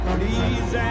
Please